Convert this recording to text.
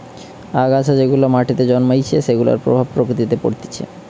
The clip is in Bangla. আগাছা যেগুলা মাটিতে জন্মাইছে সেগুলার প্রভাব প্রকৃতিতে পরতিছে